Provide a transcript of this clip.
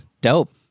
Dope